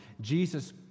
Jesus